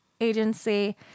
Agency